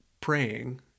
praying